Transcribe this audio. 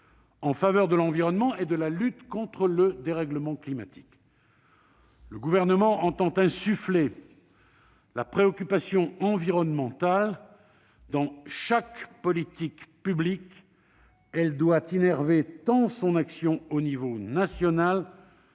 en faveur de l'environnement et de la lutte contre le dérèglement climatique. Le Gouvernement entend insuffler la préoccupation environnementale dans chaque politique publique. Elle doit innerver son action tant au niveau national